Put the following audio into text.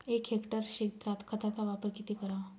एक हेक्टर क्षेत्रात खताचा वापर किती करावा?